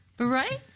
Right